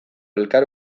elkar